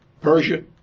Persia